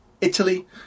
Italy